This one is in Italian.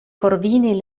corvini